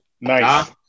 Nice